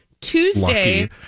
Tuesday